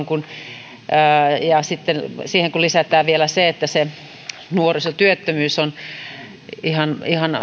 kun siihen lisätään vielä se että se nuorisotyöttömyys on ihan ihan